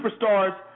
superstars